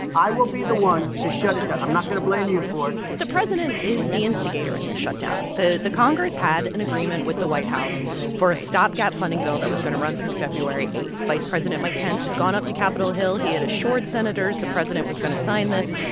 i will be the one to shut it down. i'm not going to blame you for it the president is the instigator in the shutdown. the the congress had an agreement with the white house for a stopgap funding bill that was going to run through february eight. vice president mike pence had gone up to capitol hill. he had assured senators the president was going to sign this.